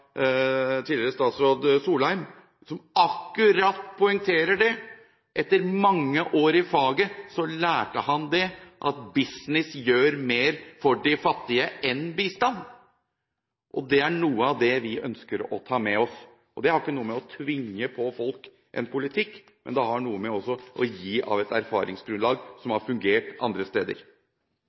tidligere statsråd Solheim som akkurat poengterer det. Etter mange år i faget lærte han at business gjør mer for de fattige enn bistand. Det er noe av det vi ønsker å ta med oss. Det er ikke å tvinge en politikk på folk, men det har å gjøre med å gi av et erfaringsgrunnlag som har fungert andre steder.